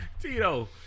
Tito